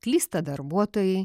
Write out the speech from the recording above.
klysta darbuotojai